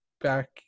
back